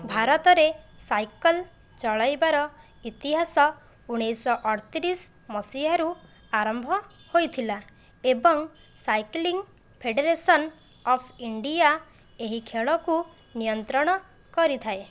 ଭାରତରେ ସାଇକେଲ ଚଲାଇବାର ଇତିହାସ ଉନେଇଶହ ଅଠତିରିଶ ମସିହାରୁ ଆରମ୍ଭ ହୋଇଥିଲା ଏବଂ ସାଇକେଲିଂ ଫେଡ଼େରେସନ ଅଫ ଇଣ୍ଡିଆ ଏହି ଖେଳକୁ ନିୟନ୍ତ୍ରଣ କରିଥାଏ